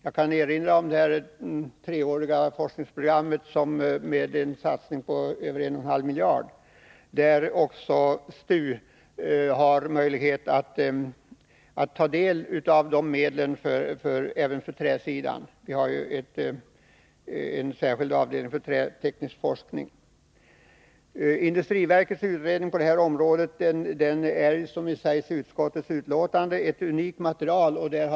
Jag kan erinra om det treåriga forskningsprogram som innebär en satsning på 1,5 miljarder. Inom ramen för det programmet har STU möjlighet att utnyttja de medlen även för träsidan. Det finns ju en särskild avdelning för träteknisk forskning. Industriverkets utredning på detta område är, vilket sägs i utskottets betänkande, ett unikt material.